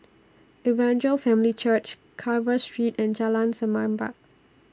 Evangel Family Church Carver Street and Jalan Semerbak